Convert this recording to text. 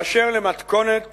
באשר למתכונת